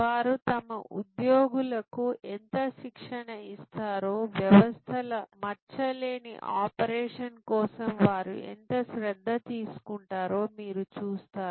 వారు తమ ఉద్యోగులకు ఎంత శిక్షణ ఇస్తారో వ్యవస్థల మచ్చలేని ఆపరేషన్ కోసం వారు ఎంత శ్రద్ధ తీసుకుంటారో మీరు చూస్తారు